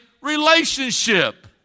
relationship